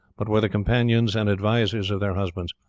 but were the companions and advisers of their husbands,